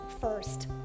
first